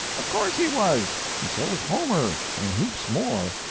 of course he was and so was homer, and heaps more.